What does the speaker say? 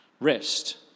rest